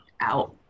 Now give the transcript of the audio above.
out